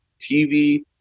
TV